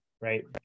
right